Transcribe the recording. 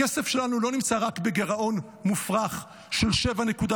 הכסף שלנו לא נמצא רק בגירעון מופרך של 7.2%,